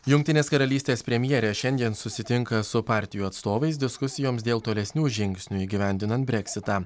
jungtinės karalystės premjerė šiandien susitinka su partijų atstovais diskusijoms dėl tolesnių žingsnių įgyvendinant breksitą